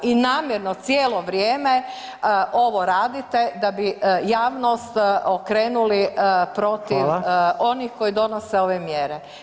I namjerno cijelo vrijeme ovo radite da bi javnost okrenuli protiv onih [[Upadica: Hvala.]] koji donose ove mjere.